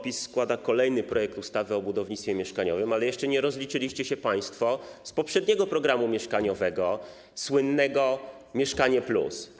PiS składa kolejny projekt ustawy o budownictwie mieszkaniowym, ale jeszcze nie rozliczyliście się państwo z poprzedniego programu mieszkaniowego, słynnego ˝Mieszkanie+˝